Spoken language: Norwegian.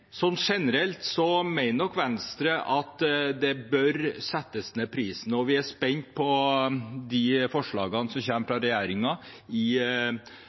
generelt mener nok Venstre at prisen bør settes ned, og vi er spent på forslagene som kommer fra regjeringen i